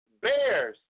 bears